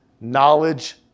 knowledge